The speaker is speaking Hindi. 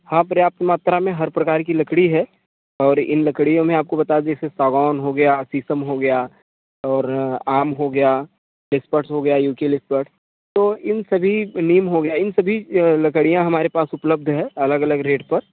हाँ पर्याप्त मात्रा में हर प्रकार की लकड़ी है और इन लकडियों में आपको बता दें जैसे सागौन हो गया शीशम हो गया और आम हो गया यूकेलिप्टस तो इन सभी नीम हो गया इन सभी लकड़ियाँ हमारे पास उपलब्ध हैं अलग अलग रेट पर